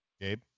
Gabe